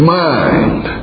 mind